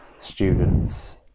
Students